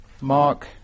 Mark